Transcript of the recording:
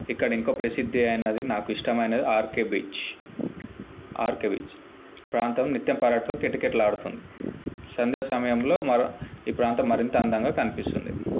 ఇక్కడ ఇంకో ప్రసిద్ధి అయినది నాకు ఇష్టమైనది ఆర్కే బీచ్ ఆర్కే బీచ్ ప్రాంతం నిత్యం పర్యాటకులతో కిటకిటలాడుతుంది సంధ్యా సమయంలో మరి ఈ ప్రాంతం మరింత అందంగా కనిపిస్తుంది